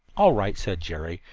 all right said jerry,